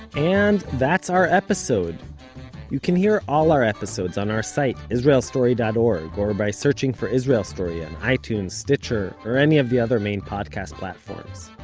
and that's our episode you can hear all our episodes on our site, israelstory dot org, or by searching for israel story and on itunes, stitcher, or any of the other main podcast platforms.